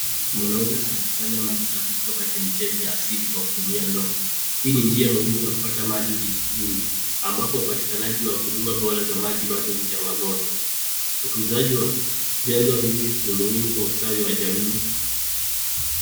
Mwanaume anakusanya maji safi kutoka chemichemi ya asili kwa kutumia ndoo. Hii ni njia ya kupata maji vijijini ambapo upatikanaji wa huduma bora za maji ni changamoto. Utunzaji wa vyanzo hivi ni muhimu kwa ustadi wa jamii.